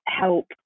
help